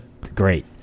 great